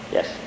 Yes